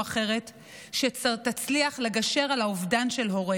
אחרת שיצליחו לגשר על האובדן של הורה.